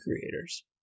creators